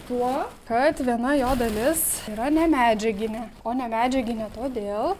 tuo kad viena jo dalis yra ne medžiaginė o ne medžiaginė todėl